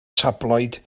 tabloid